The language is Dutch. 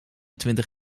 twintig